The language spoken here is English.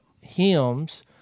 hymns